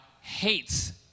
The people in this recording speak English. hates